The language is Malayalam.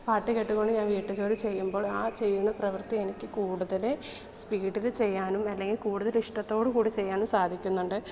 പാട്ട് കേട്ടു കൊണ്ട് ഞാൻ വീട്ടിൽ ജോലി ചെയ്യുമ്പോൾ ആ ചെയ്യുന്ന പ്രവർത്തി എനിക്ക് കൂടുതൽ സ്പീഡിൽ ചെയ്യാനും അല്ലെങ്കിൽ കൂടുതൽ ഇഷ്ടത്തോടുകൂടി ചെയ്യാനും സാധിക്കുന്നുണ്ട്